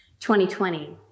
2020